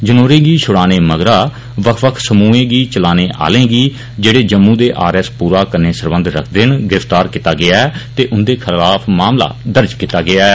जनौरी गी छुड़ाने मगरा बक्ख बक्ख समूहें गी चलाने आहले गी जेहड़े जम्मू दे आर एस पुरा कन्नै सरबंध रखदे न गिरफ्तार कीता गेआ ऐ ते उंदे खिलाफ मामला दर्ज कीता गेआ ऐ